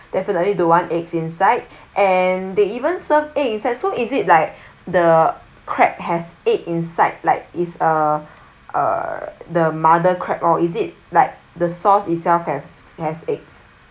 definitely don't want eggs inside and they even serve egg inside so is it like the crab has egg inside like is uh or the mother crab or is it like the sauce itself has has eggs